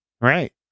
Right